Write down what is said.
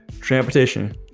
transportation